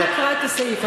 אנא קרא את הסעיף.